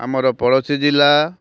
ଆମର ପଡ଼ୋଶୀ ଜିଲ୍ଲା